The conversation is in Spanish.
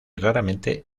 raramente